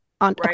on